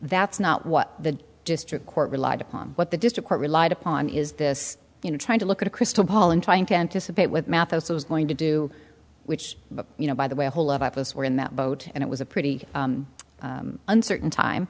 that's not what the district court relied on what the district court relied upon is this you know trying to look at a crystal ball and trying to anticipate with math as i was going to do which you know by the way the whole of us were in that boat and it was a pretty uncertain time